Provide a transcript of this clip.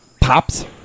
pops